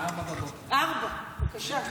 04:00, 04:00, בבוקר.